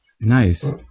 Nice